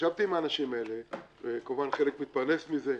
ישבתי עם האנשים האלה כמובן, חלק מתפרנס מזה,